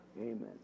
Amen